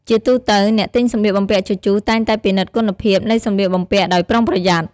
ជាទូទៅ អ្នកទិញសម្លៀកបំពាក់ជជុះតែងតែពិនិត្យគុណភាពនៃសម្លៀកបំពាក់ដោយប្រុងប្រយ័ត្ន។